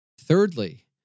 Thirdly